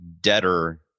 debtor